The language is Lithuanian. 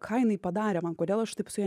ką jinai padarė man kodėl aš taip su ja